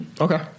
Okay